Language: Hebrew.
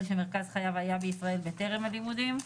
שמרכז חייו היה בישראל בטרם הלימודים,